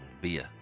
beer